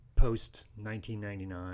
Post-1999